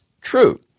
true